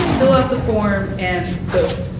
fill out the form, and, boom,